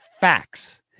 facts